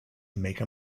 make